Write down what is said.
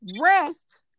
Rest